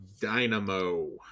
Dynamo